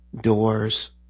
doors